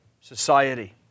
society